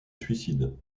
suicide